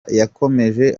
yakomeje